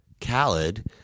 Khaled